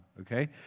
okay